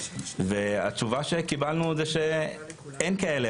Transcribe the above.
והתשובה שקיבלנו זה שאין כאלה,